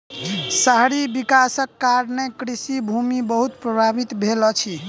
शहरी विकासक कारणें कृषि भूमि बहुत प्रभावित भेल अछि